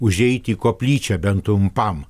užeiti į koplyčią bent trumpam